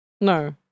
No